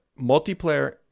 multiplayer